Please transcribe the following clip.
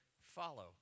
follow